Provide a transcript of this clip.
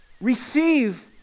receive